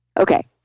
Okay